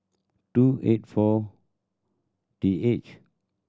two eight four T H